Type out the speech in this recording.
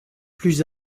plus